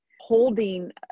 holding